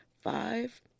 five